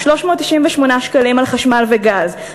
398 שקלים על חשמל וגז,